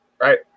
Right